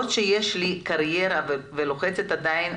אנחנו הנשים עוברות פרוצדורות מיותרות שלא צריך לעבור אותן,